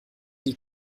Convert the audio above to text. die